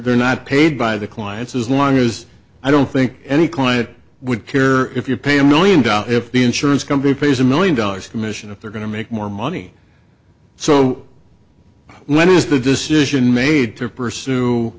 they're not paid by the clients as long as i don't think any client would care if you're paying a million doubt if the insurance company pays a million dollars commission if they're going to make more money so when was the decision made to pursue